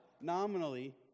Nominally